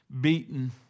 Beaten